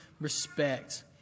respect